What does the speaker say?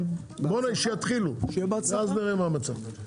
אבל שיתחילו ונראה מה המצב.